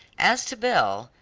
as to belle,